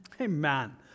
amen